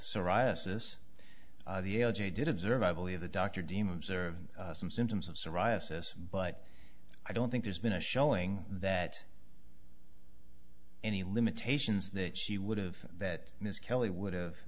psoriasis the l g did observe i believe the dr deem observed some symptoms of psoriasis but i don't think there's been a showing that any limitations that she would have that ms kelly would've